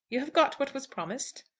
you have got what was promised.